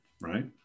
right